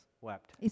wept